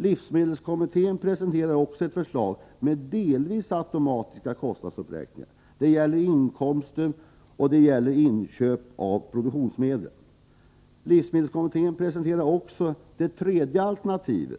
Livsmedelskommittén presenterar också ett alternativ, innebärande delvis automatiska kostnadsuppräkningar. Kostnadsuppräkningarna skulle gälla inkomster och inköp av produktionsmedel. Livsmedelskommitténs tredje alternativ innebär